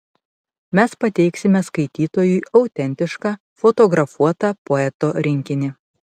mes pateiksime skaitytojui autentišką fotografuotą poeto rinkinį